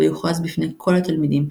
בו יוכרז בפני כל התלמידים,